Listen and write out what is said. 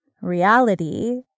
reality